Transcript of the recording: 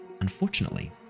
Unfortunately